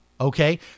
Okay